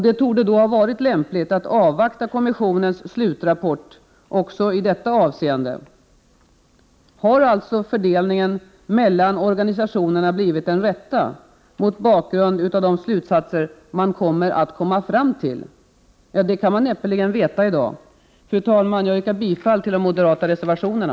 Det torde då ha varit lämpligt att avvakta kommissionens slutrapport också i detta avseende. Har alltså fördelningen mellan organisationerna blivit den rätta mot bakgrund av de slutsatser som man kan komma att komma fram till? Det kan man näppeligen veta i dag. Fru talman! Jag yrkar bifall till de moderata reservationerna.